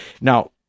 Now